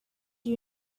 you